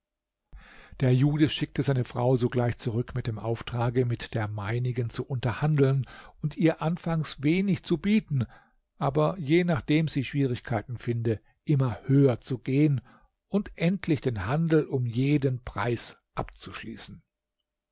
der jude schickte seine frau sogleich zurück mit dem auftrage mit der meinigen zu unterhandeln und ihr anfangs wenig zu bieten aber je nachdem sie schwierigkeiten finde immer höher zu gehen und endlich den handel um jeden preis abzuschließen